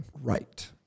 Right